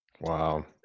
wow